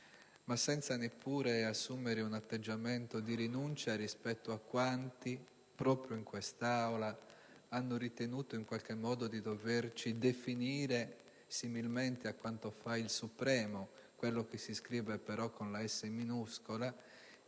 ma senza neppure assumere un atteggiamento di rinuncia rispetto a quanti, proprio in quest'Aula, hanno ritenuto in qualche modo di doverci definire, similmente a quanto fa il supremo (quello che si scrive però con la esse minuscola,